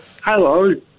Hello